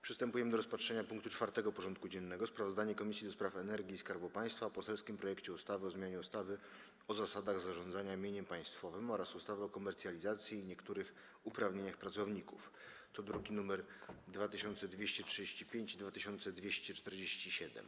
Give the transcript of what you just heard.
Przystępujemy do rozpatrzenia punktu 4. porządku dziennego: Sprawozdanie Komisji do Spraw Energii i Skarbu Państwa o poselskim projekcie ustawy o zmianie ustawy o zasadach zarządzania mieniem państwowym oraz ustawy o komercjalizacji i niektórych uprawnieniach pracowników (druki nr 2235 i 2247)